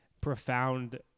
profound